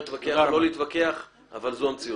אפשר להתווכח או לא להתווכח, אבל זו המציאות.